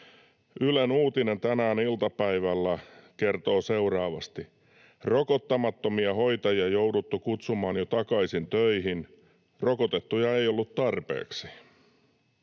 Ylen uutinen tänään iltapäivällä kertoo seuraavasti: ”Rokottamattomia hoitajia jouduttu kutsumaan jo takaisin töihin — rokotettuja ei ollut tarpeeksi.”